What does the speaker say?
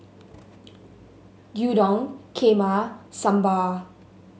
Gyudon Kheema Sambar